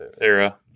era